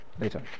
later